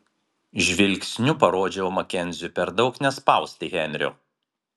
žvilgsniu parodžiau makenziui per daug nespausti henrio